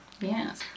Yes